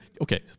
Okay